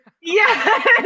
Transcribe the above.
Yes